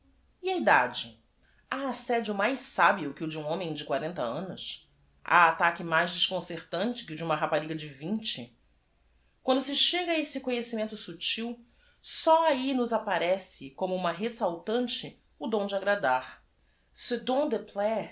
treva a idade a assedio mais sábio que o de u m h o m e m de quarenta annos a ataque mais desconcertante que o de uma ra pariga de v i n t e uando se chega a esse conhe cimento s u b t i l só a h i nos appa rece como uma resultante o dom de agradar